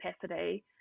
capacity